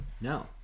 no